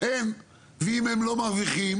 ואם הם לא מרוויחים